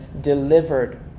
delivered